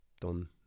done